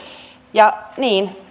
ja niin